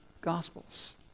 gospels